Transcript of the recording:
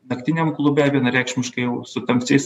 naktiniam klube vienareikšmiškai jau su tamsiais